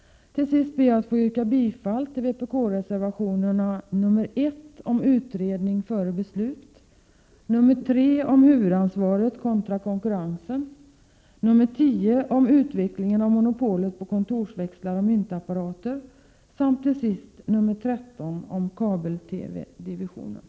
Jag yrkar bifall till vpk-reservationerna nr 1 om utredning före beslut, nr 3 om huvudansvaret kontra konkurrensen, nr 10 om avveck